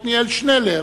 חבר הכנסת עתניאל שנלר,